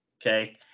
okay